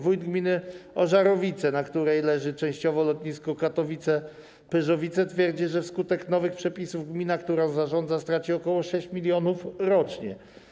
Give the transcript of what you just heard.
Wójt gminy Ożarowice, na terenie której leży częściowo lotnisko Katowice-Pyrzowice, twierdzi, że wskutek nowych przepisów gmina, którą zarządza, straci ok. 6 mln rocznie.